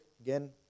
Again